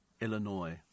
Illinois